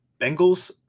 Bengals